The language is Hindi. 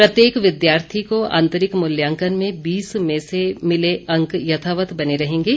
प्रत्येक विद्यार्थी को आंतरिक मूल्यांकन में बीस में से मिले अंक यथावत बने रहेंगे